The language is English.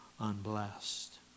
unblessed